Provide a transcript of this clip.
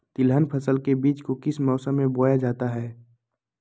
तिलहन फसल के बीज को किस मौसम में बोया जाता है?